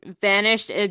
vanished